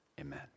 Amen